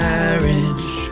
Marriage